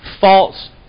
False